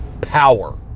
power